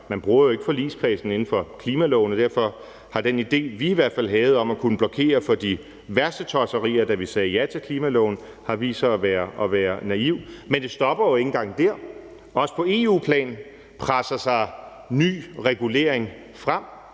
man bruger jo ikke forligskredsen inden for klimaloven, og derfor har den idé, vi i hvert fald havde om at kunne blokere for de værste tosserier, da vi sagde ja til klimaloven, vist sig at være naiv – for også på EU-plan presser sig ny regulering frem.